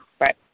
right